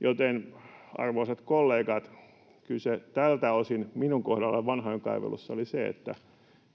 Joten, arvoisat kollegat, kyse tältä osin minun kohdallani vanhojen kaivelussa oli se, että